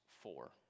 four